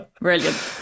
Brilliant